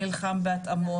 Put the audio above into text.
(היו"ר אימאן ח'טיב יאסין) נחזור לדיון שלנו.